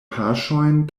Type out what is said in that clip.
paŝojn